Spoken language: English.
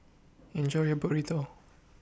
Enjoy your Burrito